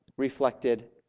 reflected